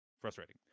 frustrating